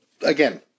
Again